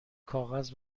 کاغذ